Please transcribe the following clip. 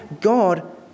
God